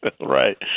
Right